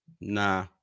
Nah